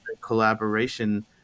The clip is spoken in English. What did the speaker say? collaboration